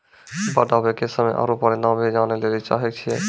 बाढ़ आवे के समय आरु परिमाण भी जाने लेली चाहेय छैय?